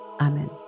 Amen